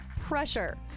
pressure